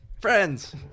Friends